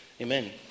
Amen